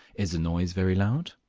is the noise very loud?